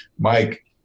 Mike